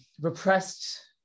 repressed